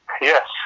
Yes